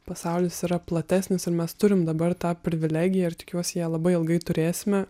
pasaulis yra platesnis ir mes turim dabar tą privilegiją ir tikiuosi ją labai ilgai turėsime